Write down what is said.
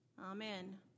Amen